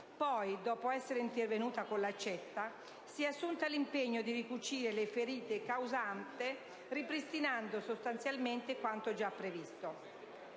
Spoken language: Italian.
poi, dopo essere intervenuta con l'accetta, si è assunta l'impegno di ricucire le ferite causate ripristinando sostanzialmente quanto già previsto.